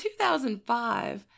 2005